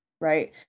right